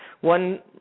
one